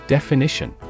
Definition